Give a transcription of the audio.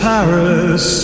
Paris